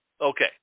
Okay